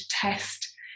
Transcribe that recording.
test